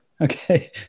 okay